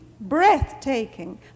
breathtaking